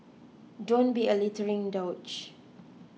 don't be a littering douche